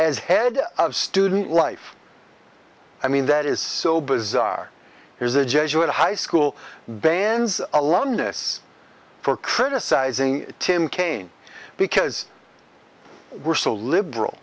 as head of student life i mean that is so bizarre here's a jesuit high school bans alumnus for criticizing tim kane because we're so liberal